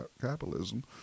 capitalism